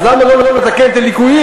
אז למה לא לתקן את הליקויים?